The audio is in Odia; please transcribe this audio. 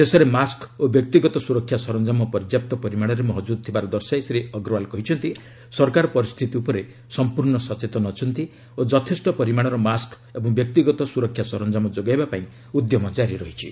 ଦେଶରେ ମାସ୍କ ଓ ବ୍ୟକ୍ତିଗତ ସୁରକ୍ଷା ସରଞ୍ଜାମ ପର୍ଯ୍ୟାପ୍ତ ପରିମାଣରେ ମହଜୁଦ ଥିବାର ଦର୍ଶାଇ ଶ୍ରୀ ଅଗ୍ରୱାଲ କହିଛନ୍ତି ସରକାର ପରିସ୍ଥିତି ଉପରେ ସମ୍ପର୍ଷ୍ଣ ସଚେତନ ଅଛନ୍ତି ଓ ଯଥେଷ୍ଟ ପରିମାଣର ମାସ୍କ ଏବଂ ବ୍ୟକ୍ତିଗତ ସୁରକ୍ଷା ସରଞ୍ଜାମ ଯୋଗାଇବା ପାଇଁ ଉଦ୍ୟମ ଜାରି ରହିଛି